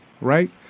right